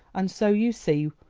and so, you see,